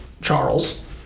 Charles